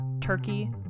Turkey